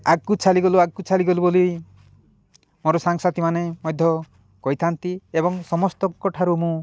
ଆଗକୁ ଛାଡ଼ିଗଲୁ ଆଗକୁ ଛାଡ଼ିଗଲୁ ବୋଲି ମୋର ସାଙ୍ଗସାଥି ମାନେ ମଧ୍ୟ କହିଥାନ୍ତି ଏବଂ ସମସ୍ତଙ୍କ ଠାରୁ ମୁଁ